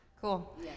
Cool